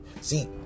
See